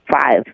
five